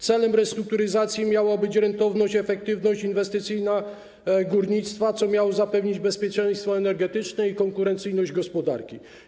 Celem restrukturyzacji miała być rentowność, efektywność inwestycyjna górnictwa, co miało zapewnić bezpieczeństwo energetyczne i konkurencyjność gospodarki.